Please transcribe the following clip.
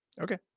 Okay